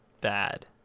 bad